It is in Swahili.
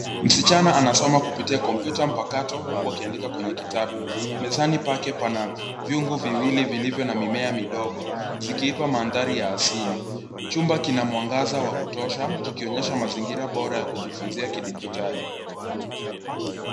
Msichana anasoma kupitia kompyuta mpakato huku akiandika kwenye kitabu. Mezani pake pana viungo viwili vilivyo na mimea midogo zikiipa mandhari ya asili. Chumba kina mwangaza wa kutosha kikionyesha mazingira bora ya kujifunzia kidijitali.